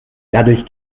dadurch